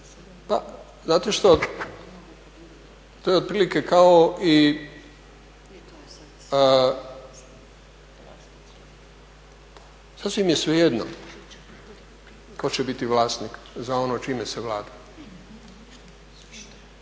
Pa znate što, to je otprilike kao i, sasvim je svejedno tko će biti vlasnik za ono čime se vlada.